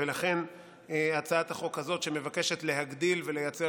ולכן הצעת החוק הזאת מבקשת להגדיל ולייצר